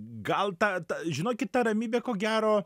gal tą tą žinokit tą ramybę ko gero